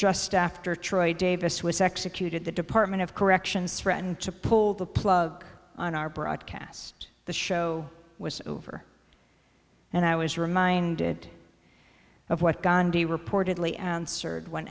just after troy davis was executed the department of corrections threatened to pull the plug on our broadcast the show was over and i was reminded of what gandhi reportedly answered